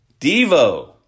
Devo